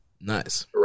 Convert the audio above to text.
Nice